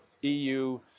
EU